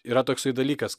yra toksai dalykas